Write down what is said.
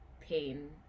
pain